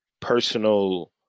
personal